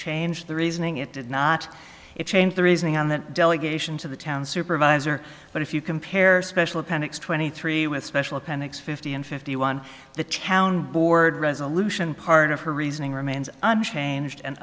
changed the reasoning it did not it change the reasoning on the delegation to the town supervisor but if you compare special appendix twenty three with special appendix fifty and fifty one the town board resolution part of her reasoning remains unchanged and